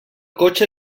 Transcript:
cotxe